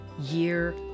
year